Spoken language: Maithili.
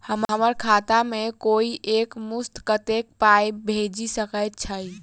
हम्मर खाता मे कोइ एक मुस्त कत्तेक पाई भेजि सकय छई?